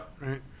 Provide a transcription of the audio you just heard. Right